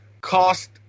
cost